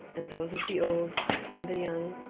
and those of the old and the young,